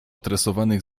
tresowanych